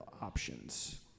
options